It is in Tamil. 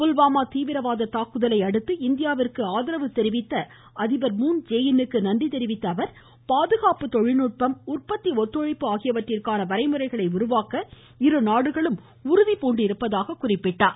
புல்வாமா தீவிரவாதத் தாக்குதலை அடுத்து இந்தியாவிற்கு ஆதரவு தெரிவித்த அதிபர் மூன் ஜே இன் க்கு நன்றி தெரிவித்த அவர் பாதுகாப்பு தொழில் நுட்பம் உற்பத்தி ஒத்துழைப்பு ஆகியவற்றிற்கான வரைமுறைகளை உருவாக்க இரு நாடுகளும் உறுதி பூண்டிருப்பதாகவும் குறிப்பிட்டார்